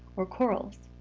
or corels.